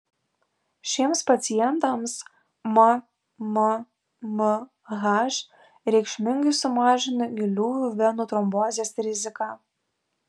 šiems pacientams mmmh reikšmingai sumažina giliųjų venų trombozės riziką